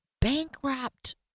bankrupt